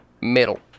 middle